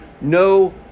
no